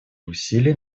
усилий